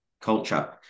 culture